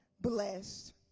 blessed